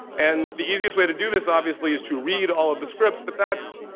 and the easiest way to do this, obviously, is to read all of the scripts, but that's,